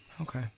Okay